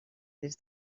des